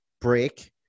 break